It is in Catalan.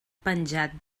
penjat